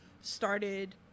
started